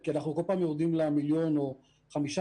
כי אנחנו כל פעם יורדים למיליון או לחמישה